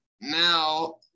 now